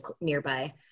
nearby